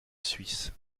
suisse